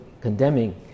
condemning